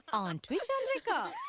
aren't we chandrika?